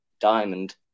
diamond